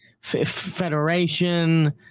federation